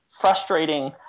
frustrating